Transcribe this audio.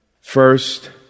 first